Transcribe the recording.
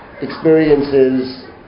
experiences